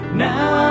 now